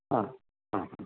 അ അ ഹ